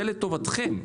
זה לטובתכם.